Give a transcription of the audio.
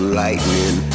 lightning